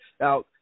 Now